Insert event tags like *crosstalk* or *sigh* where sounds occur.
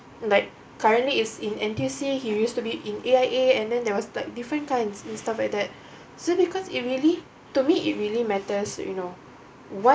like currently is in N_T_U_C he used to be in A_I_A and then there was like different kinds and stuff like that *breath* so because it really to me it really matters you know what